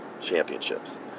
championships